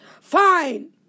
fine